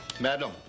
Madam